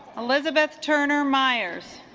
elizabeth turner myers